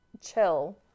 chill